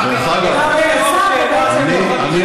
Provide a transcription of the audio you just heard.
אני עונה לו